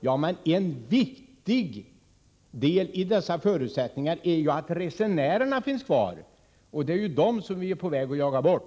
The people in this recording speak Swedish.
Ja, men en viktig del av dessa förutsättningar är ju att resenärerna finns kvar, och det är resenärerna som vi är på väg att jaga bort!